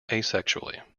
asexually